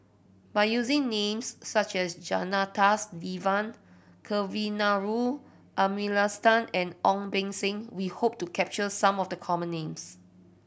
by using names such as Janadas Devan Kavignareru Amallathasan and Ong Beng Seng we hope to capture some of the common names